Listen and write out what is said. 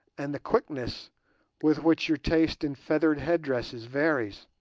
and the quickness with which your taste in feathered head-dresses varies